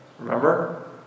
Remember